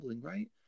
right